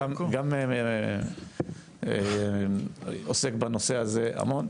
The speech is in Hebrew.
גם עוסק בנושא הזה המון.